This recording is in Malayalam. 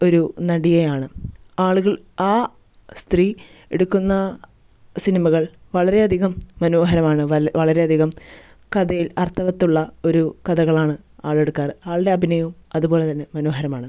ഒരു നടിയെയാണ് ആളുകൾ ആ സ്ത്രീ എടുക്കുന്ന സിനിമകൾ വളരെയധികം മനോഹരമാണ് വല്ല വളരെയധികം കഥയിൽ അർത്ഥവത്തുള്ള ഒരു കഥകളാണ് ആള് എടുക്കാറ് ആളുടെ അഭിനയവും അതുപോലെ തന്നെ മനോഹരമാണ്